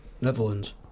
Netherlands